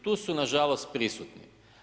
Tu su nažalost prisutni.